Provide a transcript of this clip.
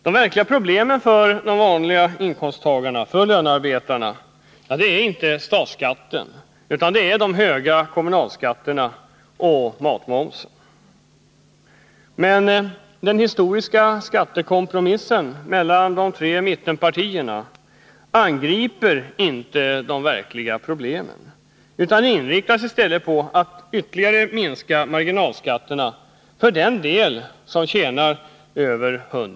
De verkliga problemen för de vanliga inkomsttagarna, för lönarbetarna, är inte statsskatten utan de höga kommunalskatterna och matmomsen. Men den ”historiska skattekompromissen” mellan de tre mittenpartierna angriper inte de verkliga problemen utan inriktas på att ytterligare minska marginalskatterna för den del av befolkningen som tjänar mer än 100 000 kr.